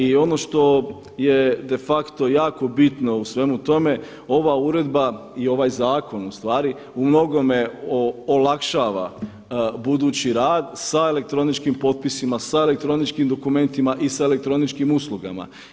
I ono što je de facto jako bitno u svemu tome i ova uredba i ovaj zakon u stvari umnogome olakšava budući rad sa elektroničkim potpisima, sa elektroničkim dokumentima i sa elektroničkim uslugama.